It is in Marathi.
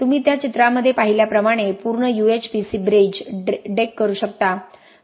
तुम्ही त्या चित्रांमध्ये पाहिल्याप्रमाणे पूर्ण UHPC ब्रिज डेक करू शकता